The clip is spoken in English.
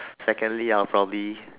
secondly I'll probably